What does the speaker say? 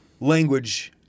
language